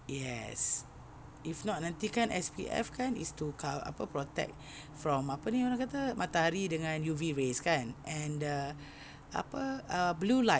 yes if not nanti kan S_P_F kan is to cov~ apa protect from apa ni orang kata matahari dengan U_V rays kan and the apa ah blue light